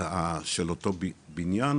של אותו בניין,